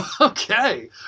Okay